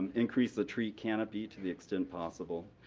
increase the tree canopy to the extent possible,